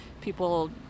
People